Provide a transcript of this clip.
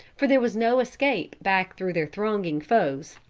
for there was no escape back through their thronging foes.